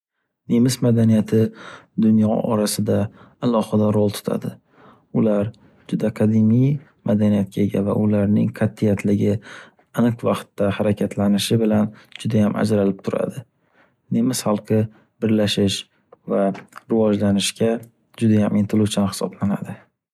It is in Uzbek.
Nemis madaniyati dunyo orasida alohida rol tutadi. Ular juda qadimiy madaniyatga ega va ularning qattiyatligi, aniq vaqtda harakatlanishi bilan judayam ajralib turadi. Nemis xalqi birlashish va rivojlanishga judayam intiluvchan hisoblanadi.